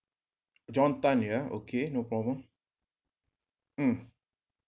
john tan ya okay no problem mm